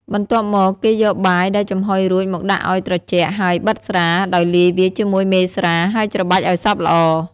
បន្ទាប់មក គេយកបាយដែលចំហុយរួចមកដាក់ឱ្យត្រជាក់ ហើយ បិតស្រា ដោយលាយវាជាមួយមេស្រា ហើយច្របាច់ឱ្យសព្វល្អ។